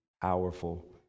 powerful